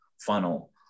funnel